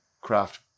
craft